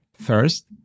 first